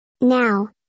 Now